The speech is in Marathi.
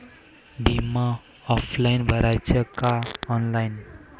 बिमा ऑफलाईन भराचा का ऑनलाईन?